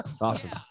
Awesome